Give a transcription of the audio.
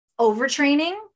overtraining